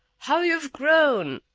how you've grown!